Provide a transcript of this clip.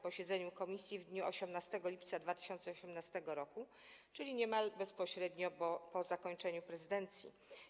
posiedzeniu komisji w dniu 18 lipca 2018 r., czyli niemal bezpośrednio po zakończeniu prezydencji.